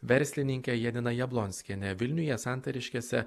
verslininke janina jablonskiene vilniuje santariškėse